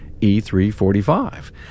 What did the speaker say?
E345